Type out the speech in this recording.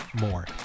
more